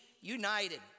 united